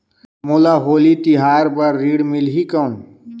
मोला होली तिहार बार ऋण मिलही कौन?